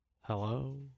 Hello